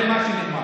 זה מה שנאמר.